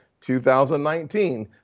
2019